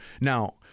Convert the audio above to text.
now